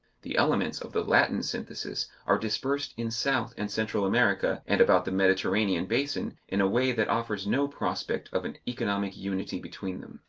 the elements of the latin synthesis are dispersed in south and central america and about the mediterranean basin in a way that offers no prospect of an economic unity between them.